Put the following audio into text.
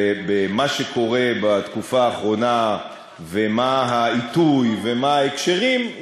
במה שקורה בתקופה האחרונה ומה העיתוי ומה ההקשרים,